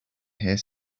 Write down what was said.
here